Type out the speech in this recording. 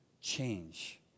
change